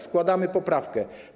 Składamy poprawkę.